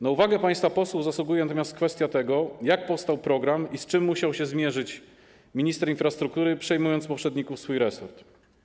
Na uwagę państwa posłów zasługuje natomiast kwestia tego, jak powstał program i z czym musiał się zmierzyć minister infrastruktury, przejmując po poprzedniku swój resort.